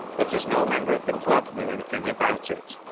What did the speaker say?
but as no member of the club knew anything about it,